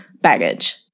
baggage